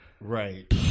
right